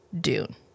Dune